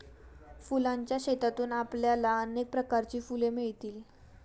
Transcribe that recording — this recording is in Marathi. फुलांच्या शेतातून आपल्याला अनेक प्रकारची फुले मिळतील